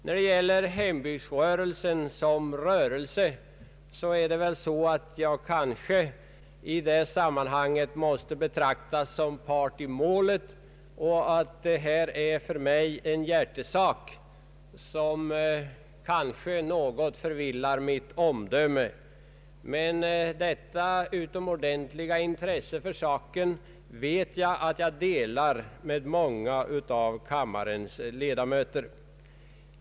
När det gäller hembygdsrörelsen som rörelse är jag att betrakta som part i målet. Detta är för mig en hjärtesak som kanske något förvillar mitt omdöme. Men jag vet att jag delar detta utomordentliga intresse för denna fråga med många av kammarens ledamöter.